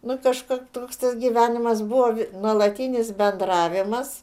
nu kažkoks toks tas gyvenimas buvo nuolatinis bendravimas